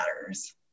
matters